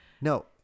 No